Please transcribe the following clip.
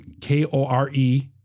K-O-R-E